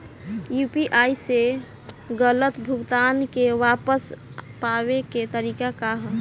UPI से गलत भुगतान के वापस पाये के तरीका का ह?